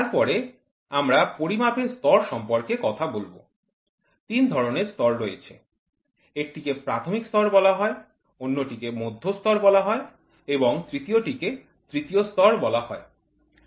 তারপরে আমরা পরিমাপের স্তর সম্পর্কে কথা বলব তিন ধরণের স্তর রয়েছে একটিকে প্রাথমিক স্তর বলা হয় অন্যটিকে মধ্য স্তর বলা হয় এবং তৃতীয়টিকে তৃতীয় স্তর বলা হয়